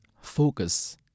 focus